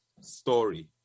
story